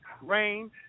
rain